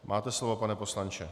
Máte slovo, pane poslanče.